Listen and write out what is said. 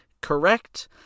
correct